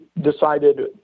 decided